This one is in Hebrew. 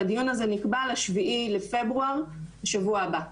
והדיון הזה נקבע ל-7 בפברואר בשבוע הבא.